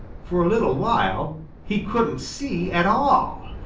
for a little while he couldn't see at all.